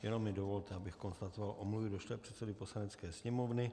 Jenom mi dovolte, abych konstatoval omluvy došlé předsedovi Poslanecké sněmovny.